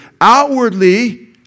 outwardly